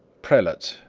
prelate,